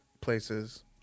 places